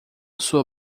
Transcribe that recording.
sua